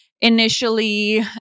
initially